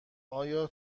آیا